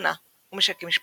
תזונה ומשקים משפחתיים,